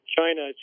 China